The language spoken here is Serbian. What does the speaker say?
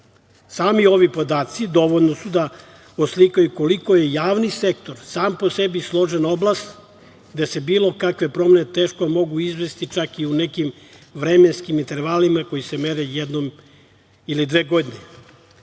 ovi podaci dovoljni su da oslikaju koliko je javni sektor sam po sebi složena oblast i da se bilo kakve promene teško mogu izvesti, čak i u nekim vremenskim intervalima koji se mere jednom ili dve godine,